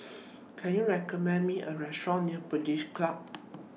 Can YOU recommend Me A Restaurant near British Club